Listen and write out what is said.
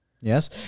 yes